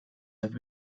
have